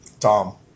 Tom